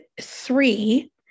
three